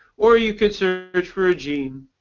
or you could search for a gene,